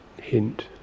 hint